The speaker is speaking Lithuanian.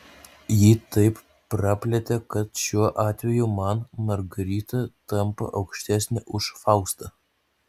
jį taip praplėtė kad šiuo atveju man margarita tampa aukštesnė už faustą